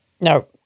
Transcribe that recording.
No